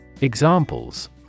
Examples